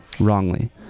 wrongly